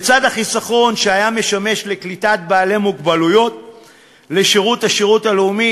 לצד החיסכון שהיה משמש לקליטת בעלי מוגבלות לשירות הלאומי,